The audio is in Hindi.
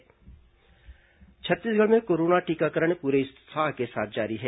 कोरोना टीकाकरण छत्तीसगढ़ में कोरोना टीकाकरण पूरे उत्साह के साथ जारी है